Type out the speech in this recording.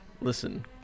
Listen